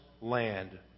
land